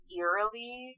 eerily